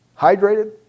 hydrated